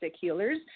healers